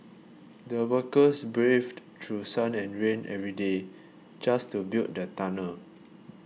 the workers braved through sun and rain every day just to build the tunnel